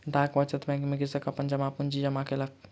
डाक बचत बैंक में कृषक अपन जमा पूंजी जमा केलक